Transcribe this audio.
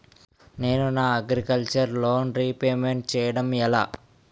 నేను నా agriculture loan repayment చేయడం ఎలా?